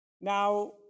Now